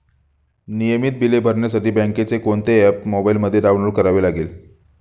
नियमित बिले भरण्यासाठी बँकेचे कोणते ऍप मोबाइलमध्ये डाऊनलोड करावे लागेल?